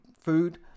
food